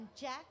Jack